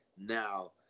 Now